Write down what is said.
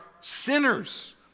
sinners